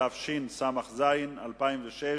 התשס"ז 2006,